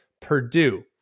Purdue